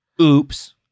Oops